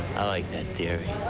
i like that theory.